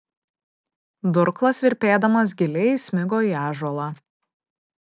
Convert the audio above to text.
durklas virpėdamas giliai įsmigo į ąžuolą